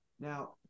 Now